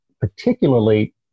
particularly